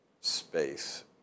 space